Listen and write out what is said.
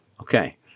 Okay